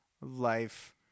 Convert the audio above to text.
life